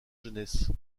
jeunesse